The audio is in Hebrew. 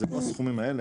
זה לא הסכומים האלה.